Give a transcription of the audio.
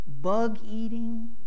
bug-eating